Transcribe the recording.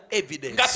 evidence